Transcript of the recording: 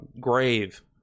grave